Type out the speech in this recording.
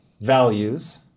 values